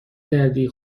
گردی